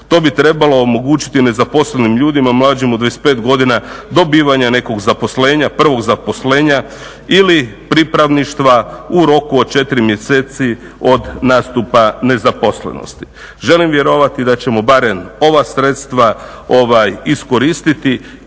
To bi trebalo omogućiti nezaposlenim ljudima mlađim od 25 godina dobivanja nekog zaposlenja, prvog zaposlenja ili pripravništva u roku od 4 mjeseci od nastupa nezaposlenosti. Želim vjerovati da ćemo barem ova sredstva iskoristiti